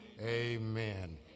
Amen